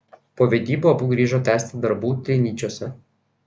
po vedybų abu grįžo tęsti darbų trinyčiuose